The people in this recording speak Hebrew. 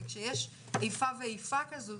כשיש איפה ואיפה כזאת,